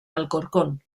alcorcón